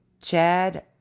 Chad